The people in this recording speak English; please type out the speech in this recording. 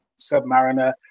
submariner